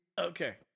Okay